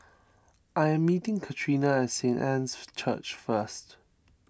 I am meeting Katrina at Saint Anne's Church first